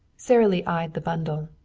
sara lee eyed the bundle.